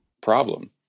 problem